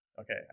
okay